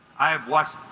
i have what